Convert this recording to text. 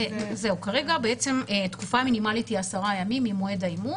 כרגע התקופה המינימלית היא עשרה ימים ממועד האימות,